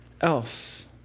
else